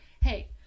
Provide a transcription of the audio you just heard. Hey